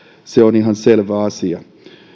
se on ihan selvä asia